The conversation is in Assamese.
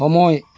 সময়